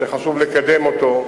שחשוב לקדם אותו,